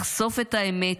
לחשוף את האמת,